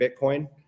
Bitcoin